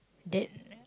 that uh